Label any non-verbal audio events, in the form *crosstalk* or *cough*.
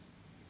*noise*